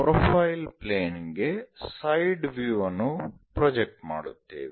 profile ಪ್ಲೇನ್ಗೆ side view ಅನ್ನು project ಮಾಡುತ್ತೇವೆ